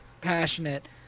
passionate